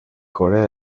corea